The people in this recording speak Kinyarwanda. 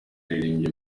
yaririmbye